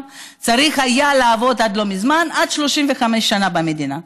צריך היה לעבוד עד לא מזמן עד 35 שנה במדינה,